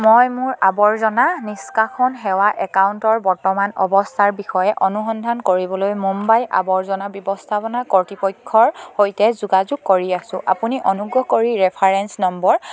মই মোৰ আৱৰ্জনা নিষ্কাশন সেৱা একাউণ্টৰ বৰ্তমান অৱস্থাৰ বিষয়ে অনুসন্ধান কৰিবলৈ মুম্বাই আৱৰ্জনা ব্যৱস্থাপনা কৰ্তৃপক্ষৰ সৈতে যোগাযোগ কৰি আছোঁ আপুনি অনুগ্ৰহ কৰি ৰেফাৰেন্স নম্বৰ